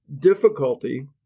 difficulty